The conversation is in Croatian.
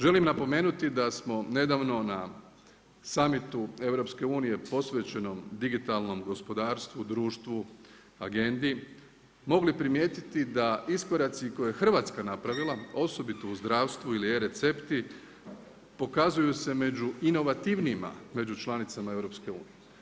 Želim napomenuti da smo nedavno na samitu EU posvećeno digitalnom gospodarstvu u društvu, agendi, mogli primijetiti da iskoraci koje Hrvatska napravila, osobito u zdravstvu ili e recepti pokazuju se među inovativnijima među članica EU.